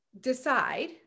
decide